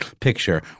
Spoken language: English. picture